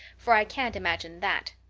for i can't imagine that.